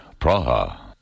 Praha